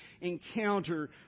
encounter